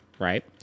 Right